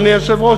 אדוני היושב-ראש,